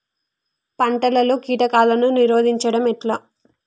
పంటలలో కీటకాలను నిరోధించడం ఎట్లా?